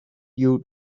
you